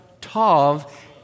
Tav